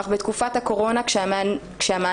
אך בתקופת הקורונה כשהמענים,